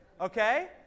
okay